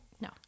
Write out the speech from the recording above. No